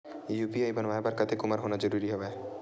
UPI बनवाय बर कतेक उमर होना जरूरी हवय?